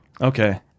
Okay